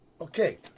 okay